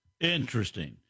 Interesting